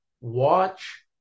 Watch